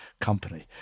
Company